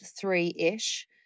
three-ish